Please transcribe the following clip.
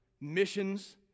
missions